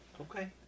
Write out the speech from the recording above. Okay